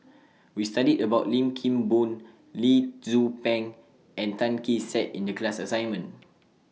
We studied about Lim Kim Boon Lee Tzu Pheng and Tan Kee Sek in The class assignment